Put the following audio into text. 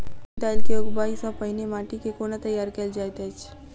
मूंग दालि केँ उगबाई सँ पहिने माटि केँ कोना तैयार कैल जाइत अछि?